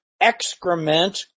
excrement